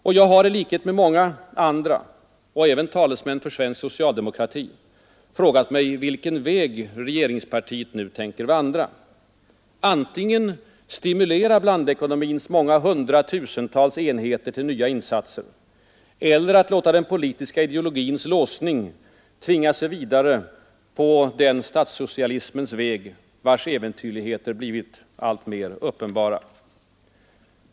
Och jag har — i likhet med många andra och även talesmän för svensk socialdemokrati — frågat mig vilken väg regeringspartiet nu tänker välja: antingen stimulera blandekonomins många hundratusental enheter till nya insatser eller låta den politiska ideologins låsning tvinga sig vidare på den statssocialismens väg vars äventyrligheter blivit alltmer uppenbara.